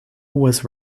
was